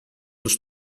dos